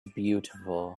beautiful